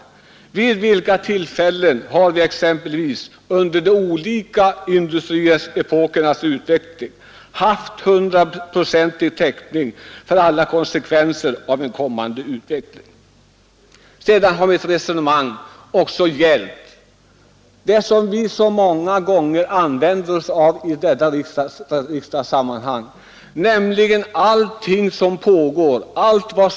Vid vilka tillfällen har vi exempelvis under de olika industriepokerna haft 100-procentig täckning för alla konsekvenser av en kommande utveckling? Sedan har mitt resonemang också gällt allt som pågår på området och den princip som vi ofta tillämpar i riksdagen i sådana här sammanhang.